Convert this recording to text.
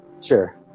Sure